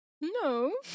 No